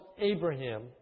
Abraham